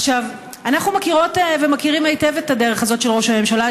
אנחנו מכירות ומכירים היטב את הדרך הזאת של ראש הממשלה.